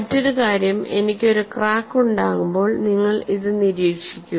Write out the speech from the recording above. മറ്റൊരു കാര്യം എനിക്ക് ഒരു ക്രാക്ക് ഉണ്ടാകുമ്പോൾ നിങ്ങൾ ഇത് നിരീക്ഷിക്കുക